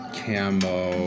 camo